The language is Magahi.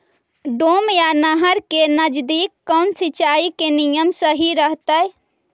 डैम या नहर के नजदीक कौन सिंचाई के नियम सही रहतैय?